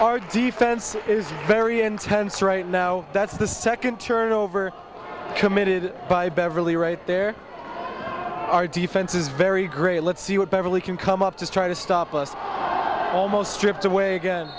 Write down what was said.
our defense is very intense right now that's the second turnover committed by beverly right there our defense is very great let's see what beverly can come up to try to stop us almost stripped away again